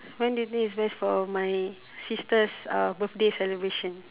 when do you think is best for my sister's uh birthday celebration